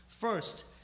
First